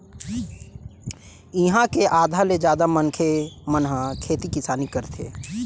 इहाँ के आधा ले जादा मनखे मन ह खेती किसानी करथे